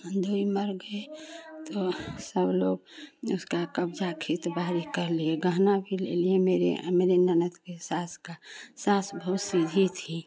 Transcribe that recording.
ननदोई मर गए तो सब लोग उसका कब्जा खेत बारी कर लिए गहना भी ले लिए मेरे मेरे ननद के सास का सास बहुत सीधी थी